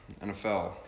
NFL